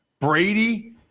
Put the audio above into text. Brady